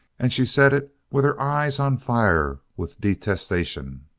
and she said it with her eyes on fire with detestation.